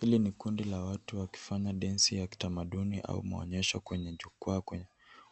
Hili ni kundi la watu wakifanya densi ya kitamaduni au maonyesho kwenye jukwaa